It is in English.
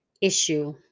issue